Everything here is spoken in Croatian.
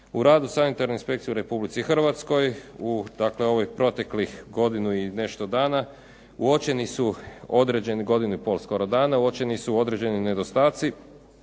U radu sanitarne inspekcije u Republici Hrvatskoj u proteklih godinu i nešto dana uočeni su određeni, godinu i pol skoro dana, uočeni su određeni nedostaci